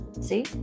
see